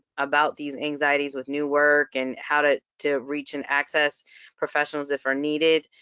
about these anxieties with new work, and how to to reach and access professionals if they're needed.